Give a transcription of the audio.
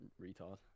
retard